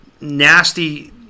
nasty